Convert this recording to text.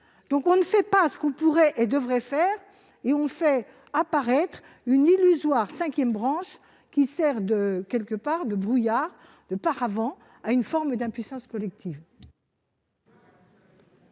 Donc, on ne fait pas ce qu'on pourrait et devrait faire, et on crée une illusoire cinquième branche qui sert en quelque sorte de paravent à une forme d'impuissance collective.